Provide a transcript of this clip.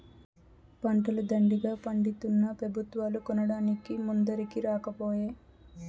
పంటలు దండిగా పండితున్నా పెబుత్వాలు కొనడానికి ముందరికి రాకపోయే